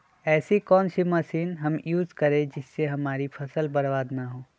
ऐसी कौन सी मशीन हम यूज करें जिससे हमारी फसल बर्बाद ना हो?